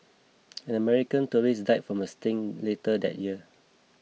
an American tourist died from a sting later that year